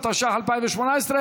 כי הונחה היום על שולחן הכנסת,